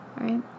right